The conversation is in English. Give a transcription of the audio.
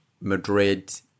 Madrid